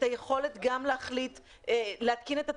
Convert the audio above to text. היכולת גם להחליט להתקין את התקנות,